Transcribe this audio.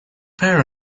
pear